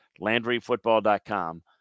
LandryFootball.com